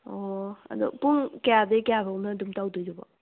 ꯑꯣ ꯑꯗꯣ ꯄꯨꯡ ꯀꯌꯥꯗꯩ ꯀꯌꯥ ꯐꯥꯎꯅꯣ ꯑꯗꯨꯝ ꯇꯧꯗꯣꯏꯁꯤꯕꯣ